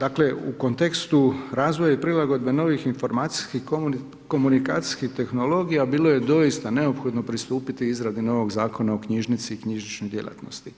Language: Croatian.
dakle u kontekstu razvoja i prilagodbe novih informacijskih i komunikacijskih tehnologija, bilo je doista neophodno pristupiti izradi novog Zakona o knjižnici i knjižničnoj djelatnosti.